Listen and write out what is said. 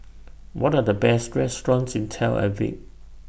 What Are The Best restaurants in Tel Aviv